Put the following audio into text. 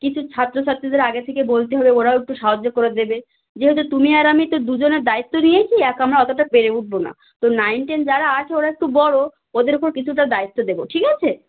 কিছু ছাত্রছাত্রীদের আগে থেকে বলতে হবে ওরাও একটু সাহায্য করে দেবে যেহেতু তুমি আর আমি তো দুজনে দায়িত্ব নিয়েছি একা আমরা অতটা পেরে উঠব না তো নাইন টেন যারা আছে ওরা একটু বড় ওদেরকেও কিছুটা দায়িত্ব দেবো ঠিক আছে